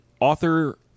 Author